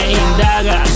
indaga